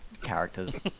characters